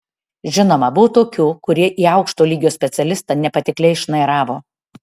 žinoma buvo tokių kurie į aukšto lygio specialistą nepatikliai šnairavo